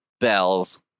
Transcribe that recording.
bells